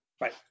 right